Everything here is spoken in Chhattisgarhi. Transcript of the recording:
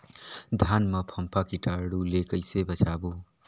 धान मां फम्फा कीटाणु ले कइसे बचाबो?